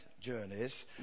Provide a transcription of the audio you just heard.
journeys